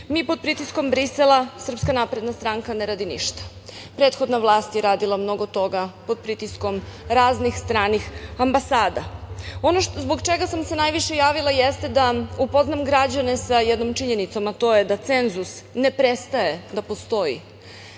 pod pritiskom Brisela ne radi ništa. Prethodna vlast je radila mnogo toga pod pritiskom raznih stranih ambasada. Ono zbog čega sam se najviše javila jeste da upoznam građane sa jednom činjenicom, a to je da cenzus ne prestaje da postoji.